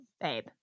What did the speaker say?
Babe